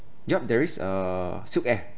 yup there is a silkair